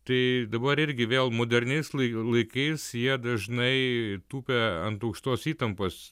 tai dabar irgi vėl moderniais laikais jie dažnai tūpia ant aukštos įtampos